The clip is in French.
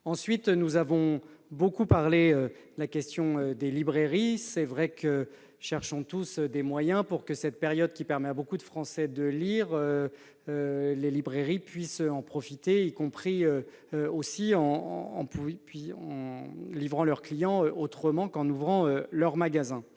Ensuite, nous avons beaucoup parlé de la question des librairies. C'est vrai que nous cherchons tous des moyens pour que, dans cette période qui permet à beaucoup de Français de lire, les librairies puissent en profiter autrement qu'en ouvrant leur magasin,